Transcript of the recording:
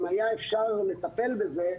אם היה אפשר לטפל בזה,